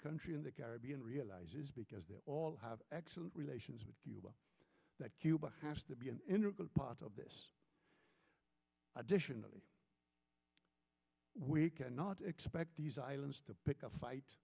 country in the caribbean realizes because they all have excellent relations with cuba that cuba has to be an integral part of this additionally we cannot expect these islands to pick a fight